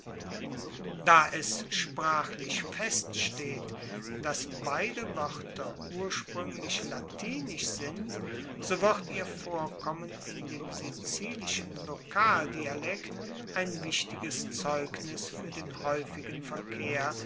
da es sprachlich feststeht dass beide woerter urspruenglich latinisch sind so wird ihr vorkommen in dem sizilischen lokaldialekt ein wichtiges zeugnis fuer den haeufigen verkehr